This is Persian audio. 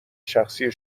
شخصی